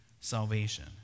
salvation